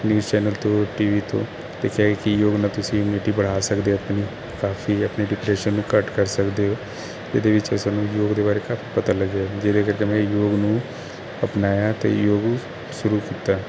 news channel ਤੋਂ TV ਤੋਂ ਤੇ ਕਿਆ ਕੀ ਯੋਗ ਨਾਲ ਤੁਸੀਂ ਇਮਿਊਨਟੀ ਬਣਾ ਸਕਦੇ ਹੋ ਆਪਣੀ ਕਾਫੀ ਆਪਣੀ ਡਿਪਰੈਸ਼ਨ ਨੂੰ ਘੱਟ ਕਰ ਸਕਦੇ ਹੋ ਇਹਦੇ ਵਿੱਚ ਸਾਨੂੰ ਯੋਗ ਦੇ ਬਾਰੇ ਕਾਫੀ ਪਤਾ ਲੱਗ ਜਾਦਾ ਜਿਹਦੇ ਵਿੱਚ ਜਿਵੇਂ ਯੋਗ ਨੂੰ ਅਪਣਾਇਆ ਤੇ ਯੋਗ ਸੁਰੂ ਕੀਤਾ